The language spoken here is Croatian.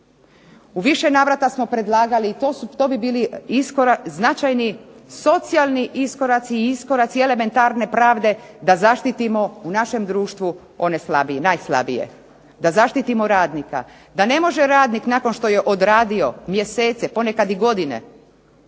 U više navrata smo predlagali i to bi bio značajan socijalan iskorak i iskoraci elementarne pravde da zaštitimo u našem društvu one najslabije, da zaštitimo radnika, da ne može radnik nakon što je odradio mjesece, ponekada i godine